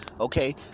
Okay